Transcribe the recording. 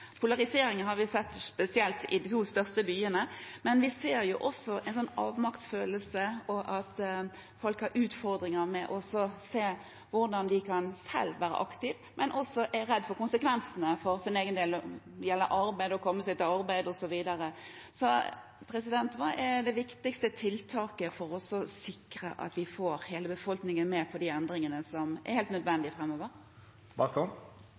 Polariseringen har vi sett spesielt i de to største byene, men vi ser også en avmaktsfølelse ved at folk har utfordringer med å se hvordan de selv kan være aktive, men samtidig er redde for konsekvensene for sin egen del – når det gjelder å komme seg til arbeid, osv. Hva er det viktigste tiltaket for å sikre at vi får hele befolkningen med på de endringene som er helt